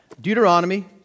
Deuteronomy